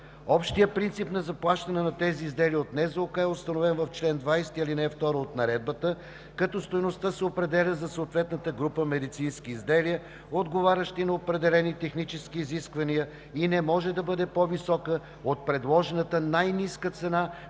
Общият принцип на заплащане на тези изделия от Националната здравноосигурителна каса е установен в чл. 20, ал. 2 от Наредбата, като стойността се определя за съответната група медицински изделия, отговарящи на определени технически изисквания и не може да бъде по-висока от предложената най-ниска цена